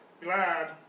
glad